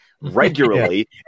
regularly